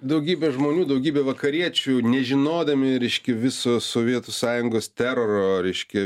daugybė žmonių daugybė vakariečių nežinodami reiškia visos sovietų sąjungos teroro reiškia